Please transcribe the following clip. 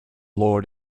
lord